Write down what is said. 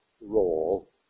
role